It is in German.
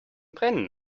brennen